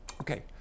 Okay